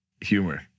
humor